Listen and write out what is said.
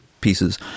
pieces